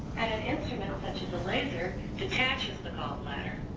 and an instrument such as a laser detaches the gallbladder.